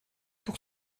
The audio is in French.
pour